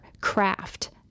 craft